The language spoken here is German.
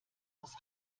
aus